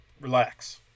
Relax